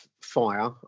fire